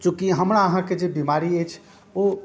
चूँकि हमरा अहाँके के जे बेमारी अछि ओ